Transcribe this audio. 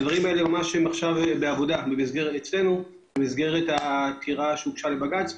הדברים האלה נמצאים עכשיו בעבודה אצלנו במסגרת העתירה שהוגשה לבג"ץ.